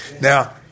now